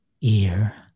ear